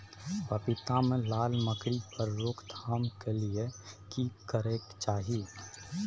पपीता मे लाल मकरी के रोक थाम के लिये की करै के चाही?